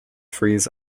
frees